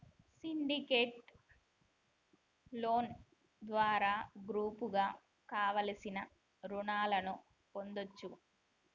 syndicate loan ద్వారా గ్రూపుగా కావలసిన రుణాలను పొందచ్చు